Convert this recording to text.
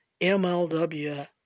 MLW